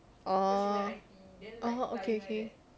orh orh okay